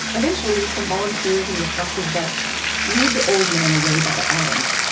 eventually, some volunteers and reflective vests lead the old man away by the arms.